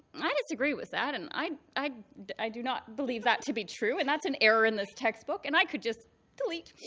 i disagree with that, and i i do not believe that to be true, and that's an error in this textbook, and i could just delete.